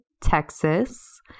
Texas